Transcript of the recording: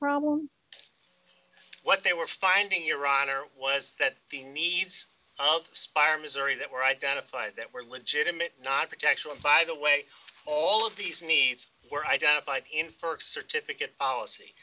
problem what they were finding your honor was that the needs of aspire missouri that were identified that were legitimate not protection by the way all of these needs were identified in st certificate policy